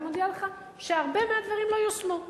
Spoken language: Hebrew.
אני מודיעה לך שהרבה מן הדברים לא יושמו.